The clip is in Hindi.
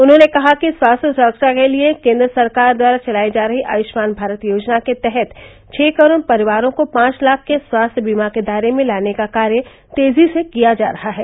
उन्होंने कहा कि स्वास्थ्य सुरक्षा के लिये केन्द्र सरकार द्वारा चलायी जा रही आयुष्मान भारत योजना के तहत छ करोड़ परिवारों को पांच लाख के स्वास्थ्य बीमा के दायरे में लाने का कार्य तेजी से किया जा रहा है